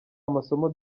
amasomo